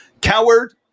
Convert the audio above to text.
coward